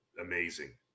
amazing